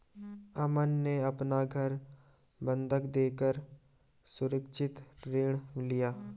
अमन ने अपना घर बंधक देकर सुरक्षित ऋण लिया